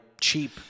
cheap